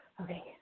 Okay